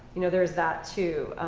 you know, there's that too.